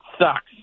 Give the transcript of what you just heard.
sucks